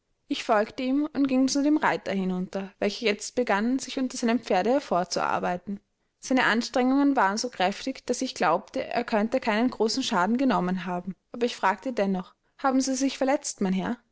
ich folgte ihm und ging zu dem reiter hinunter welcher jetzt begann sich unter seinem pferde hervorzuarbeiten seine anstrengungen waren so kräftig daß ich glaubte er könne keinen großen schaden genommen haben aber ich fragte dennoch haben sie sich verletzt mein herr